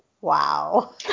wow